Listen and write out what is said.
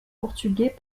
portugais